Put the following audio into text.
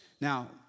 Now